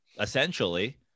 essentially